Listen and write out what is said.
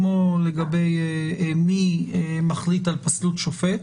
כמו מי מחליט על פסלות שופט,